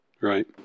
Right